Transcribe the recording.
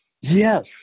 Yes